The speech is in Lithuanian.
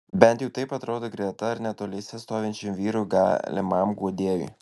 bent jau taip atrodo greta ar netoliese stovinčiam vyrui galimam guodėjui